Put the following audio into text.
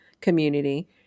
community